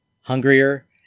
hungrier